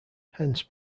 hence